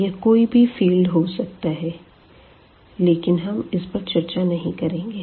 यह कोई भी फील्ड हो सकता है लेकिन हम इस पर चर्चा नहीं करेंगे